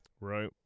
Right